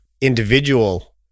individual